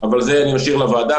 אבל זה אני משאיר לוועדה,